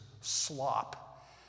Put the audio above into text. slop